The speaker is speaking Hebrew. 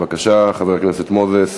בבקשה, חבר הכנסת מוזס.